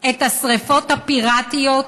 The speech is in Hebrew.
את השרפות הפיראטיות,